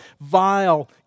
vile